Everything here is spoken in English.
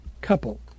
couple